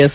S